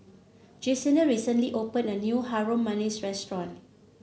Jesenia recently opened a new Harum Manis restaurant